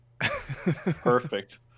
Perfect